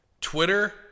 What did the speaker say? Twitter